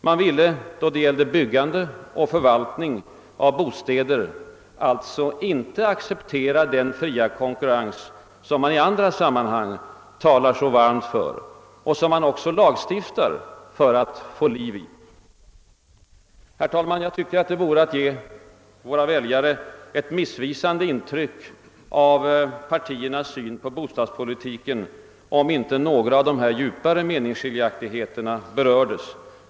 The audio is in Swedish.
Man ville då det gällde byggande och förvaltning av bostäder alltså inte acceptera den fria konkurrens, som man i andra sammanhang ta lar så varmt för och som man också lagstiftar för att få liv i. Herr talman! Det vore att ge våra väljare ett missvisande intryck av partiernas syn på bostadspolitiken, om inte några av de djupare meningsskiljaktigheterna berördes.